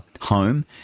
home